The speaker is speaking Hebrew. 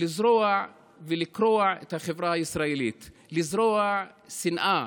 לזרוע, לקרוע את החברה הישראלית, לזרוע שנאה,